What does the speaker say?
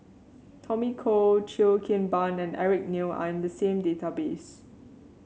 Tommy Koh Cheo Kim Ban and Eric Neo are in the same database